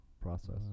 process